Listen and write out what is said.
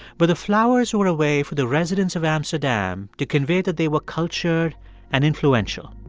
but the flowers were a way for the residents of amsterdam to convey that they were cultured and influential.